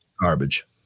garbage